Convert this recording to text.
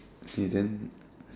okay then